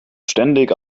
ständig